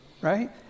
right